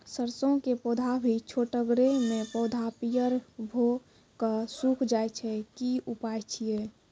सरसों के पौधा भी छोटगरे मे पौधा पीयर भो कऽ सूख जाय छै, की उपाय छियै?